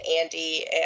Andy